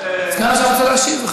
סגן השר רוצה, סגן השר רוצה להשיב?